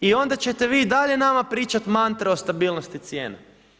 I onda ćete vi i dalje nama pričati mantre o stabilnosti cijena.